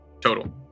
total